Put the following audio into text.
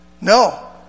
No